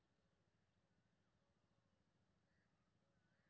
सब्जी के खेतक सिंचाई कोना करबाक चाहि?